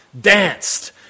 danced